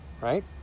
right